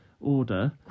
order